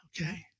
Okay